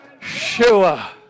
shua